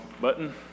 button